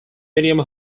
medium